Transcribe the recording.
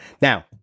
Now